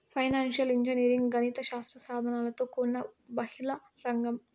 financial engineering గణిత శాస్త్ర సాధనలతో కూడిన బహుళ రంగం